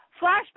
flashback